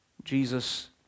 Jesus